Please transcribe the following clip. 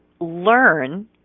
learn